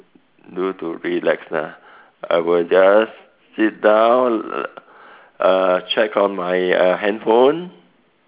do it to relax ah I will just sit down uh check on my uh handphone